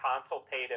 consultative